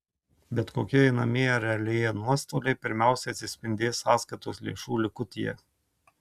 bet kokie einamieji ar realieji nuostoliai pirmiausiai atsispindės sąskaitos lėšų likutyje